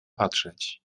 patrzeć